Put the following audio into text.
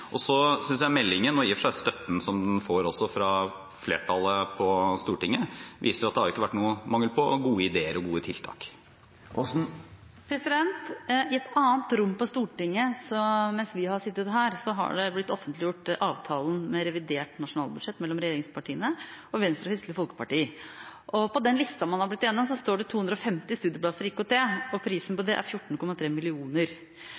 meldingen. Så synes jeg meldingen, og i og for seg også støtten den får fra flertallet på Stortinget, viser at det har ikke vært noen mangel på gode ideer og gode tiltak. I et annet rom på Stortinget, mens vi har sittet her, har man offentliggjort avtalen for revidert nasjonalbudsjett mellom regjeringspartiene og Venstre og Kristelig Folkeparti. På den lista man har blitt enig om, står det 250 studieplasser i IKT, og prisen på